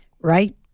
right